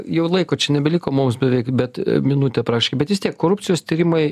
jau laiko čia nebeliko mums beveik bet minutė praktiškai bet vis tiek korupcijos tyrimai